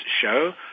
show